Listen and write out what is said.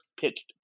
pitched